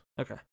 Okay